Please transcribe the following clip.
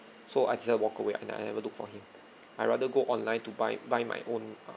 so I decided to walk away and I I never looked for him I rather go online to buy buy my own err